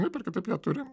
vienaip ar kitaip ją turi